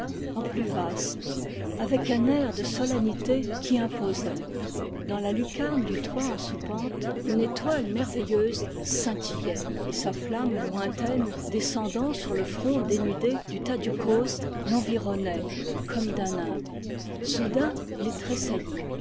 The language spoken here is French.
en plus vaste avec un air de solennité qui imposait dans la lucarne du toit en soupente une étoile merveilleuse scintillait et sa flamme lointaine descendant sur le front dénudé du tadiou coz l'environnait comme d'un nimbe soudain il